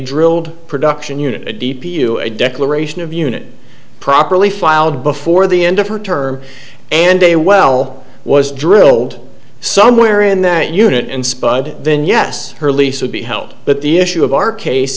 drilled production unit a d p u a declaration of unit properly filed before the end of her term and a well was drilled somewhere in that unit and spied then yes her lease would be held but the issue of our case